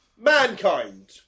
mankind